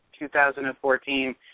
2014